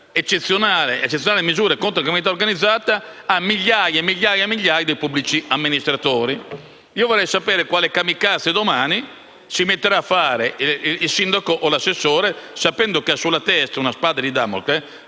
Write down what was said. allargare eccezionali misure contro la criminalità organizzata a migliaia e migliaia di pubblici amministratori. Vorrei sapere quale kamikaze domani si metterà a fare il sindaco o l'assessore sapendo di avere sulla testa una spada di Damocle.